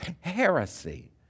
heresy